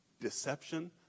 deception